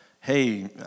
hey